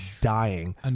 dying